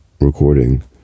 recording